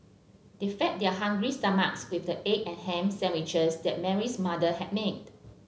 they fed their hungry stomachs with the egg and ham sandwiches that Mary's mother had made